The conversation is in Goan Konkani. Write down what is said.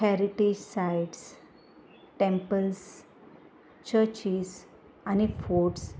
हॅरिटेज सायट्स टॅम्पल्स चर्चीस आनी फोर्ट्स